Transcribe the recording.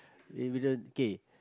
we didn't K